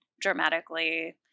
dramatically